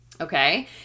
Okay